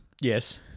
Yes